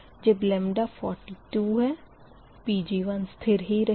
जब 42 Pg1 स्थिर ही रहेगा